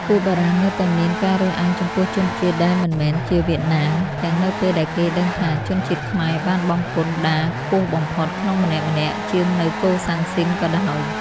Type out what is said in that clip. ពួកបារាំងនៅតែមានការរើសអើងចំពោះជនជាតិដែលមិនមែនជាវៀតណាម ទាំងនៅពេលដែលគេដឹងថាជនជាតិខ្មែរបានបង់ពន្ធដារខ្ពស់បំផុតក្នុងម្នាក់ៗជាងនៅកូសាំងស៊ីនក៏ដោយ។